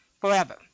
forever